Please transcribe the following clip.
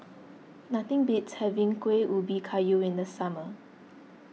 nothing beats having Kuih Ubi Kayu in the summer